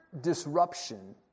disruption